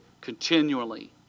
continually